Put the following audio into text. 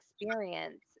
experience